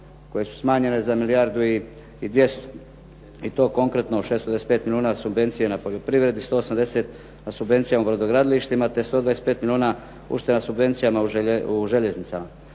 koje su smanjene za milijardu i 200 i to konkretno 625 milijuna subvencije na poljoprivredi, 180 subvencija na brodogradilištima, te 125 milijuna ušteda na subvencijama u željeznicama.